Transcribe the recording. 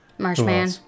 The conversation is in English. Marshman